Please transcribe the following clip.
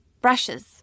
brushes